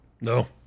No